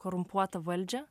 korumpuotą valdžią